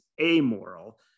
amoral